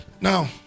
Now